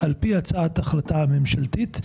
הצעת ההחלטה הממשלתית,